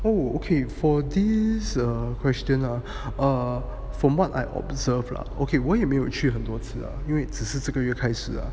oh okay for these err questions ah err from what I observed lah okay 我也没有去很多次了因为只是这个月开始啊